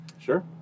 Sure